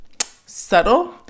subtle